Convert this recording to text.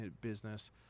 business